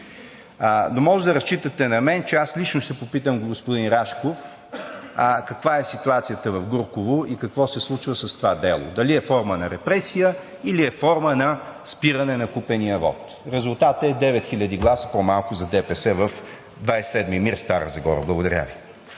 Може да разчитате на мен, че аз лично ще попитам господин Рашков каква е ситуацията в Гурково? Какво се случва с това дело? Дали е форма на репресия, или е форма на спиране на купения вот? Резултатът е 9000 гласа по-малко за ДПС в 27 МИР – Стара Загора. Благодаря Ви.